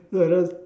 no I don't